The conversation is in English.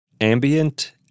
Ambient